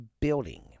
building